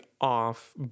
off